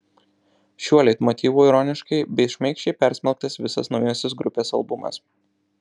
šiuo leitmotyvu ironiškai bei šmaikščiai persmelktas visas naujasis grupės albumas